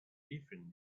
different